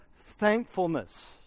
thankfulness